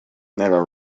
never